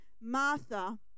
Martha